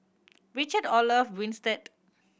Richard Olaf Winstedt